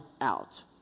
out